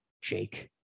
Jake